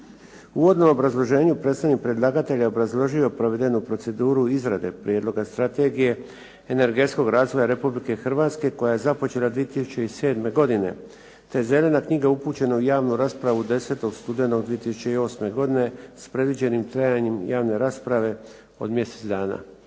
uvodnom obrazloženju predstavnik predlagatelja obrazložio je provedenu proceduru izrade prijedloga strategije energetskog razvoja Republike Hrvatske koja je započela 2007. godine, te Zelena knjiga upućena u javnu raspravu 10. studenog 2008. godine s predviđenim trajanjem javne rasprave od mjesec dana.